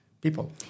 people